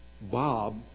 Bob